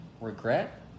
regret